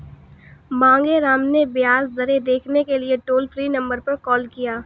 मांगेराम ने ब्याज दरें देखने के लिए टोल फ्री नंबर पर कॉल किया